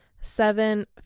Seven